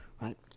Right